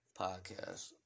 podcast